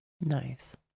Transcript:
Nice